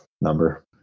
number